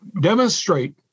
demonstrate